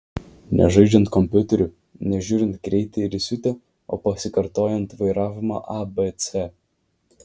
ne žaidžiant kompiuteriu ne žiūrint greiti ir įsiutę o pasikartojant vairavimo abc